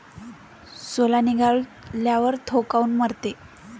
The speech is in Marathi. सोला निघाल्यावर थो काऊन मरते?